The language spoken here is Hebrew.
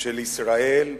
של ישראל,